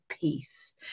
peace